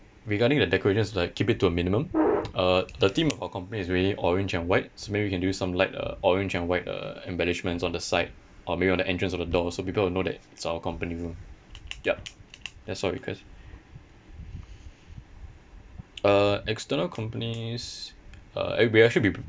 regarding the decorations like keep it to a minimum uh the theme of our company is very orange and white so maybe you can do some light uh orange and white uh embellishments on the side or maybe on the entrance of the door so people will know that it's our company room yup that's all request uh external companies uh ever~ we'd actually be prepa~